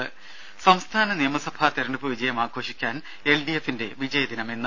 ദേദ സംസ്ഥാന നിയമസഭാ തെരഞ്ഞെടുപ്പ് വിജയം ആഘോഷിക്കാൻ എൽഡിഎഫിന്റെ വിജയദിനം ഇന്ന്